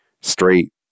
straight